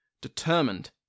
determined